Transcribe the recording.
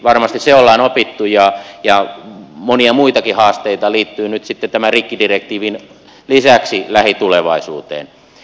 varmasti se on opittu ja monia muitakin haasteita liittyy tämän rikkidirektiivin lisäksi lähitulevaisuuteen